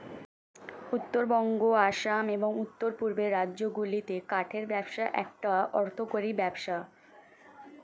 উত্তরবঙ্গ, আসাম, এবং উওর পূর্বের রাজ্যগুলিতে কাঠের ব্যবসা একটা অর্থকরী ব্যবসা